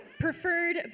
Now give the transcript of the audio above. Preferred